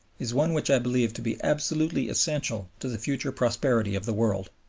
is one which i believe to be absolutely essential to the future prosperity of the world.